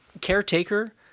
caretaker